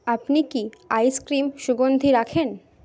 আপনি কি আইসক্রিম সুগন্ধি রাখেন